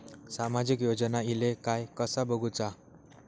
सामाजिक योजना इले काय कसा बघुचा?